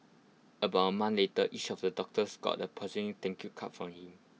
about A later each of the doctors got A thank you card from him